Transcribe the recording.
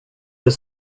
det